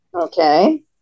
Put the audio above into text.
Okay